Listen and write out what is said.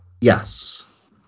Yes